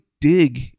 dig